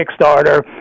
Kickstarter